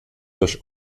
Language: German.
durch